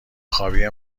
خوابی